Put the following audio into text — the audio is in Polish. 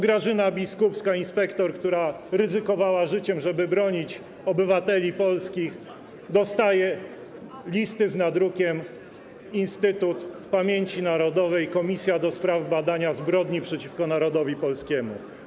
Grażyna Biskupska, inspektor, która ryzykowała życie, żeby bronić obywateli polskich, dostaje listy z nadrukiem „Instytut Pamięci Narodowej - Komisja Ścigania Zbrodni przeciwko Narodowi Polskiemu”